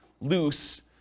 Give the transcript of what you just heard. loose